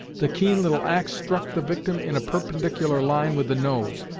the keen little axe struck the victim in a perpendicular line with the nose,